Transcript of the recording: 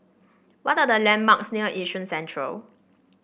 what are the landmarks near Yishun Central